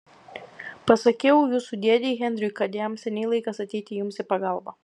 pasakiau jūsų dėdei henriui kad jam seniai laikas ateiti jums į pagalbą